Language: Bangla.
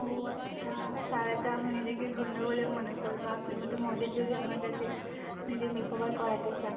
ও আচ্ছা তাহলে তো আমি নিজেকে ধন্য বলে মনে করবো আপনার মতো মডেল যদি আমার কাছে নিজের মেকওভার করাতে চায়